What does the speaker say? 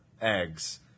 eggs